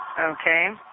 Okay